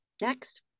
Next